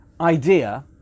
idea